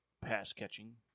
pass-catching